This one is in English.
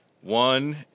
One